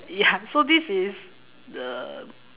ya so this is the